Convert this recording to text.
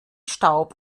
staub